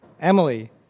Emily